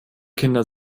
kinder